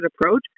approach